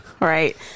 Right